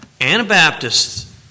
Anabaptists